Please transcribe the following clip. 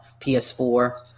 PS4